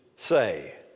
say